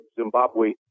Zimbabwe